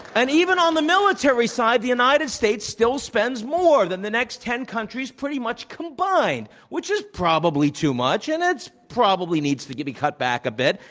and even on the military side, the united states still spends more than the next ten countries, pretty much, combined, which is probably too much. and it probably needs to be cut back a bit.